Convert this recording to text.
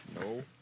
No